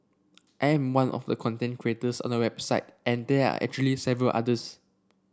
I am one of the content creators on the website and there are actually several others